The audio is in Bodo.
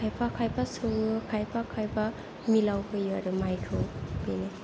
खायफा खायफा सौवो खायफा खायफा मिलाव होयो आरो माइखौ बेनो